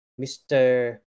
Mr